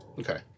Okay